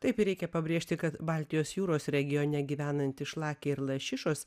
taip reikia pabrėžti kad baltijos jūros regione gyvenantys šlakiai ir lašišos